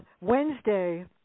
Wednesday